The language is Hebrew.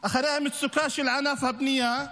אחרי המצוקה של ענף הבנייה,